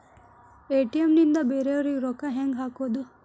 ATM ನಿಂದ ಬೇರೆಯವರಿಗೆ ರೊಕ್ಕ ಹೆಂಗ್ ಹಾಕೋದು?